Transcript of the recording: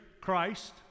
Christ